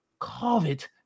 COVID